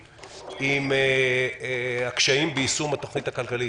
גם אם ייתנו לכל אחד 10,000 שקלים,